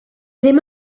ddim